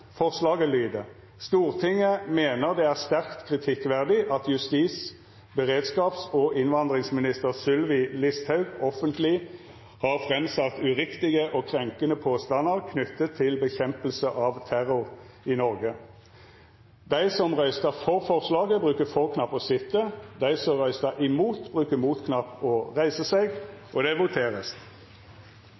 Forslaget lyder: «Stortinget mener det er sterkt kritikkverdig at justis-, beredskaps- og innvandringsminister Sylvi Listhaug offentlig har fremsatt uriktige og krenkende påstander knyttet til bekjempelse av terror i Norge.» : Under debatten er det sett fram eitt forslag. Det er frå Mari Holm Lønseth på vegner av Høgre og Framstegspartiet. Forslaget